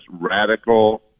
radical